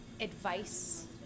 advice